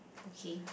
okay